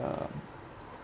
uh